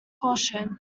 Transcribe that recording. caution